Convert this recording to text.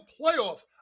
playoffs